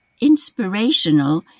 inspirational